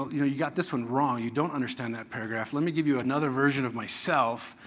you know you got this one wrong. you don't understand that paragraph. let me give you another version of myself.